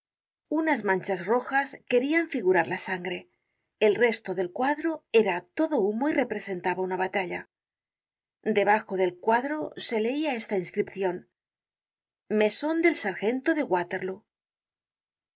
unas manchas rojas querian figurar la sangre el resto del cuadro era todo humo y representaba una batalla debajo del cuadro se leia esta inscripcion meson del sargento de waterloo